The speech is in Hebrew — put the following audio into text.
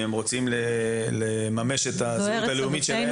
אם הם רוצים לממש את הזהות הלאומית שלהם.